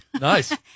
Nice